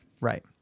Right